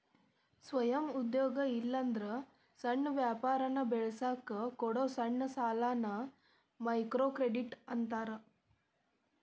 ಸ್ವಯಂ ಉದ್ಯೋಗ ಇಲ್ಲಾಂದ್ರ ಸಣ್ಣ ವ್ಯಾಪಾರನ ಬೆಳಸಕ ಕೊಡೊ ಸಣ್ಣ ಸಾಲಾನ ಮೈಕ್ರೋಕ್ರೆಡಿಟ್ ಅಂತಾರ